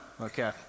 Okay